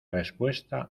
respuesta